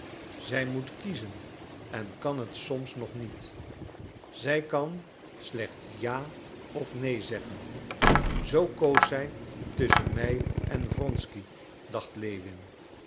zij moet kiezen en kan het soms nog niet zij kan slechts ja of neen zeggen zoo koos zij tusschen mij en wronsky dacht lewin